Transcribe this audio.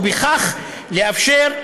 ובכך לאפשר,